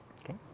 Okay